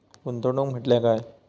गुंतवणूक म्हटल्या काय?